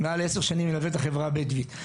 מעל עשר שנים מלווה את החברה הבדואית.